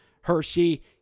Hershey